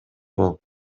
болуп